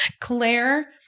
Claire